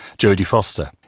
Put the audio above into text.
jodi foster.